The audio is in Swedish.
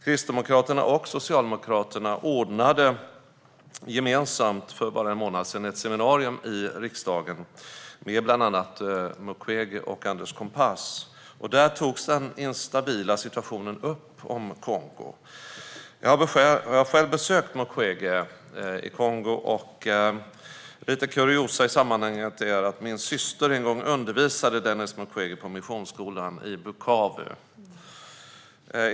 Kristdemokraterna och Socialdemokraterna ordnade gemensamt för bara en månad sedan ett seminarium i riksdagen med bland annat Mukwege och Anders Kompass. Där togs den instabila situationen i Kongo upp. Jag har själv besökt Mukwege i Kongo. Lite kuriosa i sammanhanget är att min syster en gång undervisade Denis Mukwege på missionsskolan i Bukavu.